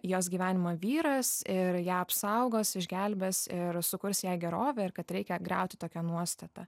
į jos gyvenimą vyras ir ją apsaugos išgelbės ir sukurs jai gerovę ir kad reikia griauti tokią nuostatą